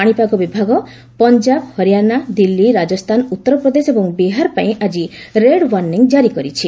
ପାଣିପାଗ ବିଭଗା ପଞ୍ଜାବ ହରିୟାଣା ଦିଲ୍ଲୀ ରାଜସ୍ଥାନ ଉତ୍ତର ପ୍ରଦେଶ ଏବଂ ବିହାର ପାଇଁ ଆକି ରେଡ୍ ୱାର୍ଷ୍ଣିଂ ଜାରି କରିଛି